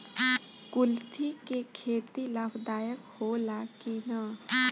कुलथी के खेती लाभदायक होला कि न?